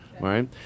right